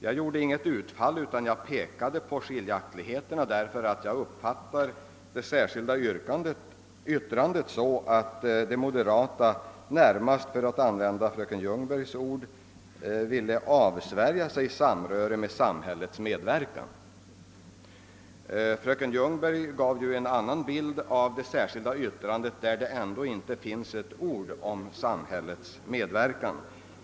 Jag anser mig faktiskt inte ha gjort något utfall utan jag har i dag bara pekat på skiljaktigheterna. Det särskilda yttrandet uppfattar jag så, att de moderata närmast — för att använda fröken Ljungbergs ord — ville avsvära sig ett samröre med samhällets medverkan. Fröken Ljungberg gav en något annan bild av det särskilda yttrandet, i vilket det dock inte finns ett ord om samhällets medverkan.